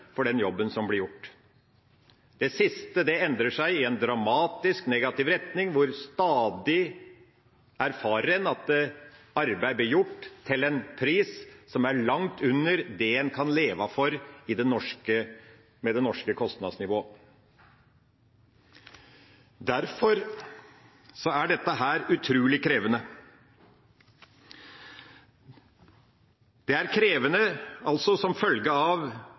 for den jobben som blir gjort. Det siste endrer seg i en dramatisk negativ retning, hvor en stadig erfarer at arbeid blir gjort til en pris som er langt under det en kan leve for med det norske kostnadsnivået. Derfor er dette utrolig krevende. Det er krevende som følge av